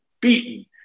beaten